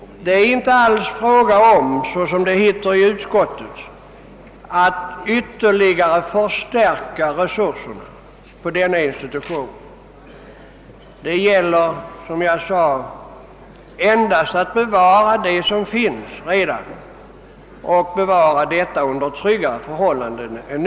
Det är inte alls fråga om någon »ytterligare förstärkning av resurserna» vid institutionen, som det står i utskottets utlåtande, utan det gäller, som sagt, bara att skydda dess bestånd genom att skapa tryggare anställningsförhållanden för den personal som redan finns där.